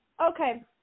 Okay